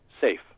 safe